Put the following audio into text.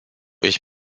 ich